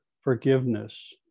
forgiveness